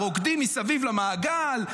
רוקדים מסביב למעגל,